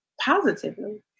positively